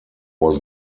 was